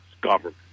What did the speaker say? government